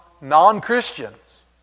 non-Christians